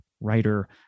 writer